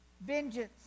Vengeance